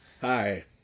Hi